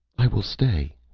i will stay,